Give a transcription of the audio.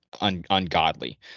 ungodly